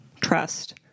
trust